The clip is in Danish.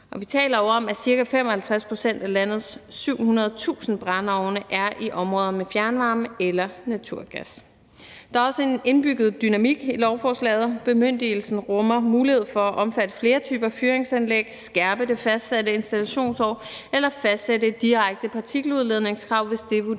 Vi taler jo om, at ca. 55 pct. af landets 700.000 brændeovne er i områder med fjernvarme eller naturgas. Der er også en indbygget dynamik i lovforslaget. Bemyndigelsen rummer mulighed for at omfatte flere typer fyringsanlæg, for at skærpe det fastsætte installationsår eller for at fastsætte et direkte partikeludledningskrav, hvis det vurderes